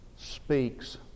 speaks